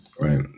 right